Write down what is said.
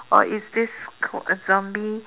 or is this called a zombie